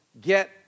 get